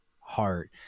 heart